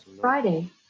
Friday